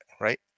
right